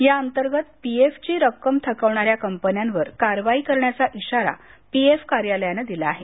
या अंतर्गत पी क्रिची रक्कम थकवणाऱ्या कंपन्यांवर कारवाई करण्याचा इशाराही पी क्रि कार्यालयानं दिला आहे